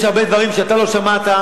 יש הרבה דברים שאתה לא שמעת,